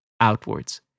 outwards